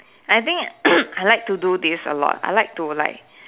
I think I like to do this a lot I like to like